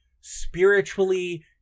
spiritually